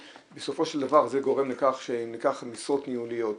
בסופו של דבר גורם לכך שאם ניקח משרות ניהוליות,